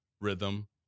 rhythm